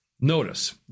Notice